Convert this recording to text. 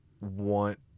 want